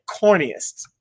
corniest